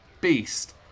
beast